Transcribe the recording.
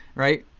right?